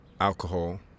alcohol